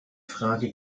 frage